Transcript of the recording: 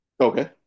Okay